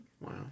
Wow